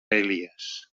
elies